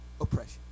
oppression